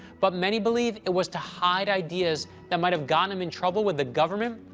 but many believe it was to hide ideas that might have gotten him in trouble with the government,